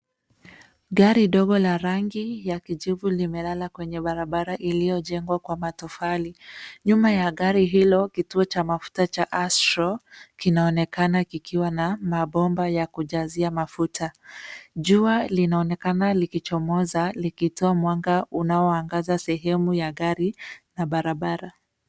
ari dogo lenye rangi ya kijivu limelala kwenye barabara iliyojengwa kwa matofali. Nyuma ya gari hili kituo cha mafuta cha Astrol kinaonekana kikiwa na mabomba ya kujazia mafuta. JUa linaonekana likichomoza likitoa mwanga unaoangaza sehemu ya gari na barabara.